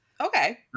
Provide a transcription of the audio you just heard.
Okay